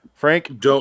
Frank